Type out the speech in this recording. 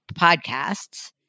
podcasts